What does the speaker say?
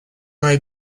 may